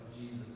Jesus